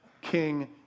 King